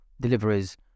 deliveries